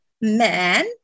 man